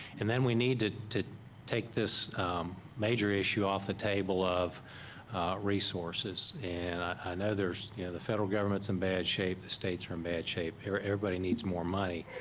and then we need to to take this major issue off the table of resources, and i know there's yeah the federal government's in bad shape, the state's are in bad shape, everybody needs more money.